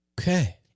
Okay